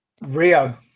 Rio